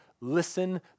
Listen